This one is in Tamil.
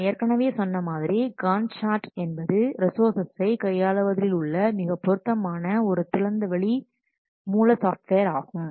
நான் ஏற்கனவே சொன்ன மாதிரி காண்ட் சார்ட் என்பது ரிசோர்சர்ஸசை கையாளுவதில் உள்ள மிக பொருத்தமான ஒரு திறந்தவெளி மூல சாஃப்ட்வேர் ஆகும்